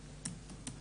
טיעון.